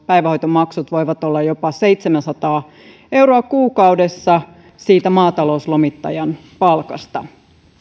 päivähoitomaksut voivat olla jopa seitsemänsataa euroa kuukaudessa siitä maatalouslomittajan palkasta